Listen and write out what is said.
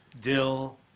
dill